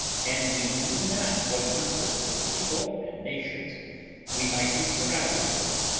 and we knew not what numbers of people and nations we might be surrounded with,